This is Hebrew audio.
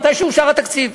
כשאושר התקציב,